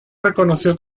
reconoció